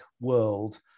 world